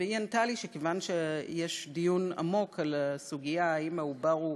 והיא ענתה לי שכיוון שיש דיון עמוק על הסוגיה האם העובר הוא